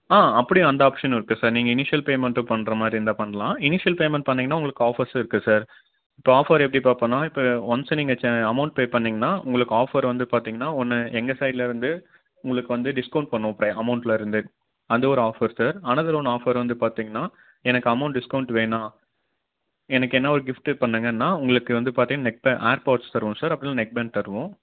ஆ அப்படியும் அந்த ஆப்ஷனும் இருக்குது சார் நீங்கள் இனிஷியல் பேமெண்ட்டு பண்ணுற மாதிரி இருந்தால் பண்ணலாம் இனிஷியல் பேமெண்ட் பண்ணிங்கன்னால் உங்களுக்கு ஆஃபர்ஸும் இருக்கு சார் இப்போ ஆஃபர் எப்படி பார்ப்போன்னா இப்போ ஒன்ஸ் நீங்கள் ச அமௌண்ட் பே பண்ணிங்கன்னால் உங்களுக்கு ஆஃபர் வந்து பார்த்தீங்கன்னா ஒன்னு எங்கள் சைட்லருந்து உங்களுக்கு வந்து டிஸ்கௌண்ட் பண்ணுவோம் ப்ரெ அமௌண்ட்லருந்தே அந்த ஒரு offer sir another one offer வந்து பார்த்தீங்கன்னா எனக்கு அமௌண்ட் டிஸ்கௌண்ட் வேணால் எனக்கு என்ன ஒரு கிஃப்ட்டு பண்ணுங்கன்னால் உங்களுக்கு வந்து பார்த்தீங்கன்னா நெக் ப ஏர்பேட்ஸ் தருவோம் சார் அப்படி இல்லைன்னா நெக் பேண்ட் தருவோம்